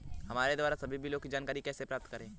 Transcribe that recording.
हमारे द्वारा सभी बिलों की जानकारी कैसे प्राप्त करें?